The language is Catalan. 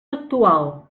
actual